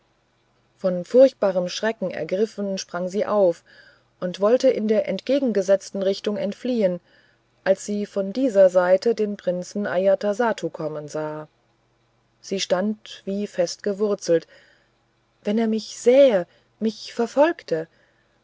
von furchtbarem schrecken ergriffen sprang sie auf und wollte in der entgegengesetzten richtung entfliehen als sie von dieser seite den prinzen ajatasattu kommen sah sie stand wie festgewurzelt wenn er mich sähe mich verfolgte